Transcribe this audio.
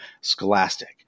Scholastic